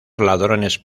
ladrones